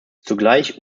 zugleich